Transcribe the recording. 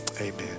amen